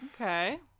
Okay